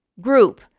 group